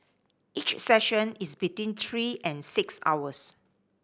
each session is between three and six hours